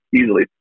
easily